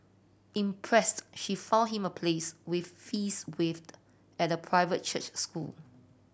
impressed she found him a place with fees waived at a private church school